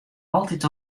altyd